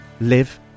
live